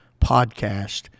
podcast